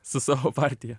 su savo partija